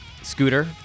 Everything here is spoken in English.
Scooter